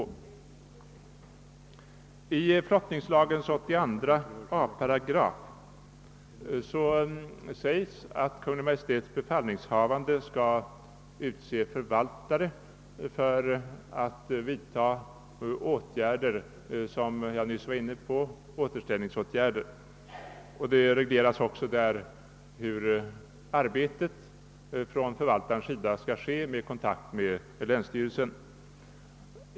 I flottningslagens § 82 a sägs att Kungl. Maj:ts befallningshavande skall utse förvaltare för att vidta sådana återställningsåtgärder som jag nyss berörde. Det regleras också hur förvaltarens arbete skall ske i kontakt med länsstyrelsen.